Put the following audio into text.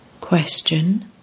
Question